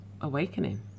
awakening